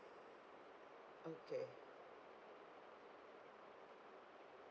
okay